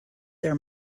their